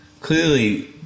clearly